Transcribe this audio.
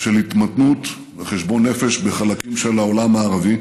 של התמתנות וחשבון נפש בחלקים של העולם הערבי,